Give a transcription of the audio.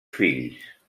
fills